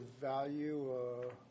value